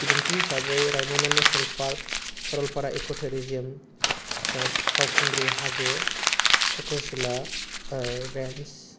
बिदिन्थि हिसाबै Raimona national park Saralpara इक' टुरिजिम बावखुंग्रि हाजो सक्रसिला रेन्ज